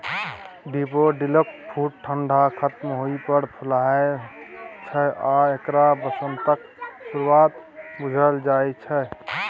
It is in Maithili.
डेफोडिलकेँ फुल ठंढा खत्म होइ पर फुलाय छै आ एकरा बसंतक शुरुआत बुझल जाइ छै